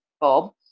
Bob